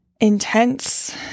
intense